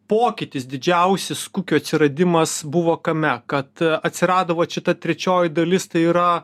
pokytis didžiausias kukių atsiradimas buvo kame kad atsirado vat šita trečioji dalis tai yra